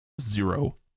zero